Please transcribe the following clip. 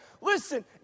Listen